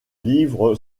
livre